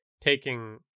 taking